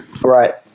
right